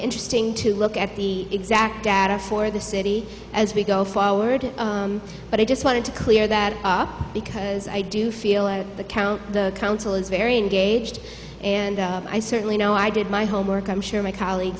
interesting to look at the exact data for the city as we go forward but i just wanted to clear that up because i do feel at the count the council is very engaged and i certainly know i did my homework i'm sure my colleagues